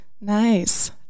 Nice